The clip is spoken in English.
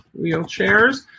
wheelchairs